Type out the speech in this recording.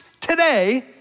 today